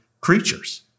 creatures